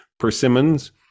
persimmons